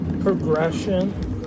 progression